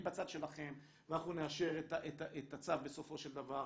אני בצד שלכם ואנחנו נאשר את הצו בסופו של דבר,